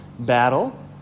battle